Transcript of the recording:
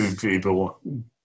People